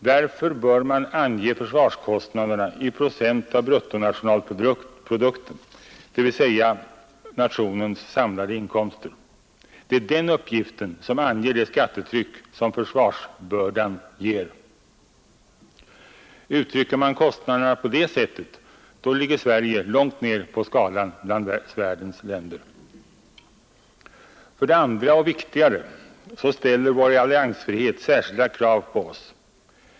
Därför bör man ange försvarskostnaderna i procent av bruttonationalprodukten, dvs. av nationens samlade inkomster. Det är den uppgiften som visar det skattetryck som försvarsbördan medför. Uttrycker man kostnaderna på det sättet så ligger Sverige långt ner på skalan bland världens länder. För det andra — och det är viktigare — ställer vår alliansfrihet särskilda krav på oss.